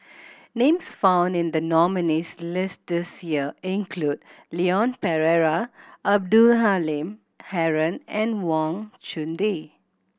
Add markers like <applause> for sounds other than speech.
<noise> names found in the nominees' list this year include Leon Perera Abdul Halim Haron and Wang Chunde